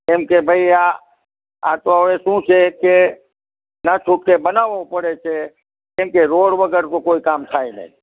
એમ કે ભાઈ આ આ તો હવે શું છે કે ના છૂટકે બનાવવો પડે છે કેમકે રોડ વગર તો કોઈ કામ થાય નહીં